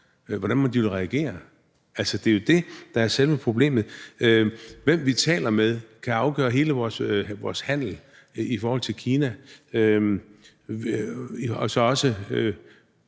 hvordan de mon vil reagere. Altså, det er jo det, der er selve problemet: Hvem vi taler med, kan afgøre hele vores handel i forhold til Kina og kan også